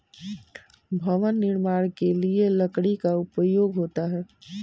भवन निर्माण के लिए लकड़ी का उपयोग होता है